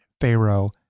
Pharaoh